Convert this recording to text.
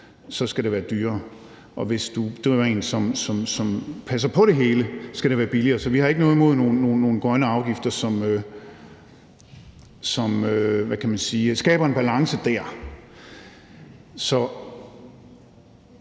skal det være dyrere, og hvis du driver en, som passer på det hele, skal det være billigere. Så vi har ikke noget imod nogle grønne afgifter, som skaber en balance der.